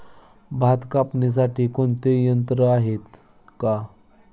भात कापणीसाठी कोणते यंत्र आहेत का?